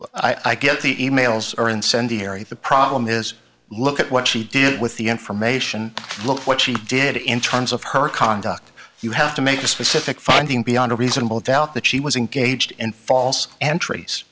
well i get the e mails are incendiary the problem is look at what she did with the information look what she did in terms of her conduct you have to make a specific finding beyond a reasonable doubt that she was engaged in false entries